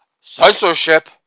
censorship